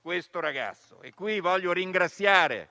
questo ragazzo. Desidero qui ringraziare